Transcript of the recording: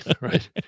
right